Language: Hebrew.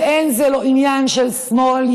וזה לא עניין של שמאל,